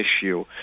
issue